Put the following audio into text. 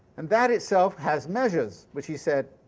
and that itself has measures, which he said,